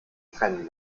trennen